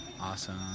Awesome